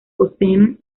poseen